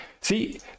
See